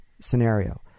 scenario